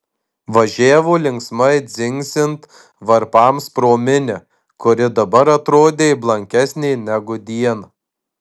važiavo linksmai dzingsint varpams pro minią kuri dabar atrodė blankesnė negu dieną